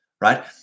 right